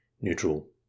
neutral